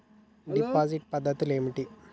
Deposit పద్ధతులు ఏమిటి?